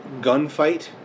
gunfight